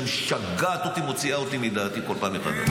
שמשגעת אותי ומוציאה אותי מדעתי כל פעם מחדש.